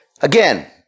Again